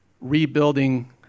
rebuilding